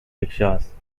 rickshaws